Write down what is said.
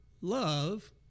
love